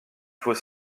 faut